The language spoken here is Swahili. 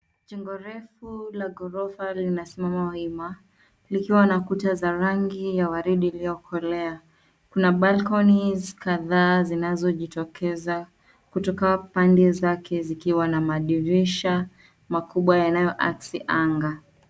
Jumba refu la ghorofa linasimama wima likiwa na kuta za rangi ya waridi iliyokolea. Kuna balconies kadhaa zinazojitokeza kutoka pande zake zikiwa na madirisha makubwa yanayoaksi anga.